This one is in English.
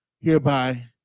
hereby